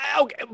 Okay